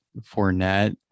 Fournette